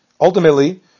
ultimately